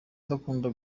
udakunda